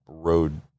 road